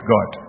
God